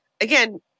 Again